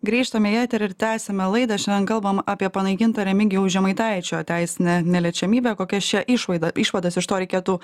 grįžtam į eterį ir tęsiame laidą šiandien kalbam apie panaikintą remigijaus žemaitaičio teisinę neliečiamybę kokias čia išvaida išvadas iš to reikėtų